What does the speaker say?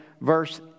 verse